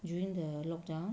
during the lockdown